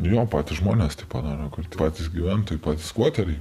jo patys žmonės taip panoro kad patys gyventojai skvoteriai